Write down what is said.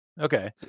Okay